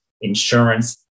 insurance